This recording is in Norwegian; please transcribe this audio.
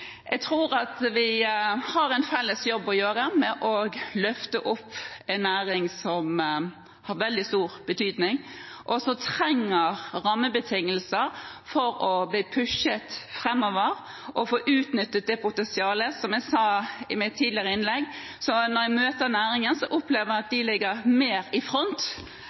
Jeg tror vi har en felles jobb å gjøre med å løfte opp en næring som har veldig stor betydning, og som trenger rammebetingelser for å bli pushet framover og få utnyttet potensialet. Som jeg sa i mitt tidligere innlegg: Når jeg møter næringen, opplever jeg at de ligger mer i front